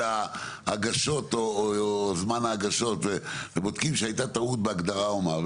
ההגשות או זמן ההגשות ובודקים שהייתה טעות בהגדרה או מה,